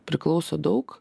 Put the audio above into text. priklauso daug